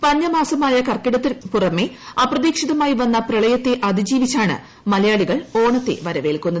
പഞ്ഞമാസമായ കർക്കിടകൽക്തിന്റ് പുറമെ അപ്രതീക്ഷിതമായി വന്ന പ്രളയത്തെ അതിജീവിച്ചുണ് മലയാളികൾ ഓണത്തെ വരവേൽക്കുന്നത്